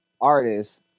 artists